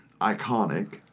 iconic